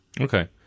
Okay